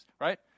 right